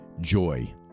joy